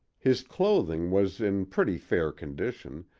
his clothing was in pretty fair condition,